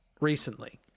recently